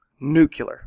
Nuclear